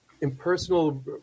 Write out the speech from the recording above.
impersonal